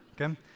okay